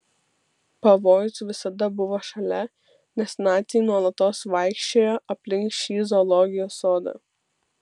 pavojus visada buvo šalia nes naciai nuolatos vaikščiojo aplink šį zoologijos sodą